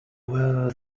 were